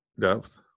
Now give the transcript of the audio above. depth